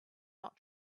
not